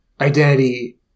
identity